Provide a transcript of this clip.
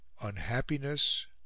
unhappiness